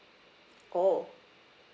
oh